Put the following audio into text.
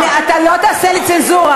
נא להוציא אותו.